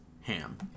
ham